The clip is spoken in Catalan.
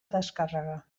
descàrrega